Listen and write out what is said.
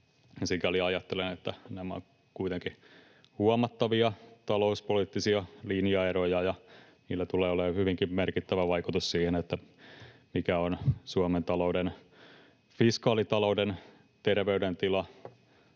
Sikäli ajattelen, että nämä ovat kuitenkin huomattavia talouspoliittisia linjaeroja, ja niillä tulee olemaan hyvinkin merkittävä vaikutus siihen, mikä on Suomen fiskaalitalouden terveydentila